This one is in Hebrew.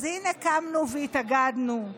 אז הינה קמנו והתאגדנו,